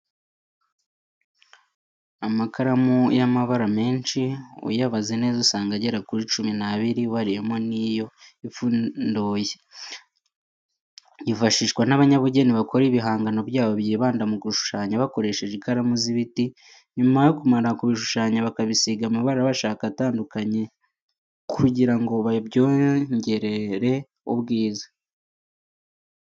Amakaramu y'amabara menshi, uyabaze neza usanga agera kuri cumi n'abiri ubariyemo n'iyo ipfunduye. Yifashishwa n'abanyabugeni bakora ibihangano byabo byibanda mu gushushanya bakoresheje ikaramu z'ibiti, nyuma yo kumara kubishushanya bakabisiga amabara bashaka atandukanye kugira ngo babyongerere ubwiza.